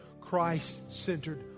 Christ-centered